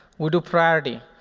we'll do priority,